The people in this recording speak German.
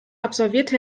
absolvierte